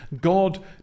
God